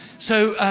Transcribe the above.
so,